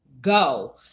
go